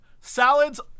salads